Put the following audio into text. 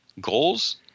goals